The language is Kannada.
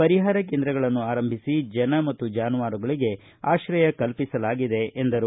ಪರಿಹಾರ ಕೇಂದ್ರಗಳನ್ನು ಆರಂಭಿಸಿ ಜನ ಮತ್ತು ಜಾನುವಾರಗಳಿಗೆ ಆಶ್ರಯ ಕಲ್ಪಿಸಲಾಗಿದೆ ಎಂದರು